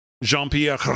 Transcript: Jean-Pierre